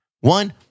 One